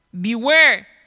Beware